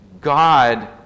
God